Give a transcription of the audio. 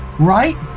right?